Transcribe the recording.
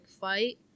fight